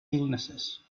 illnesses